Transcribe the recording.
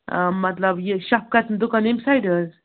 آ مطلب یہِ شفقتُن دُکان ییٚمہِ سایڈٕ حظ